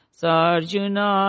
sarjuna